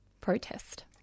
Protest